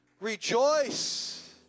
Rejoice